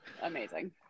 Amazing